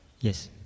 Yes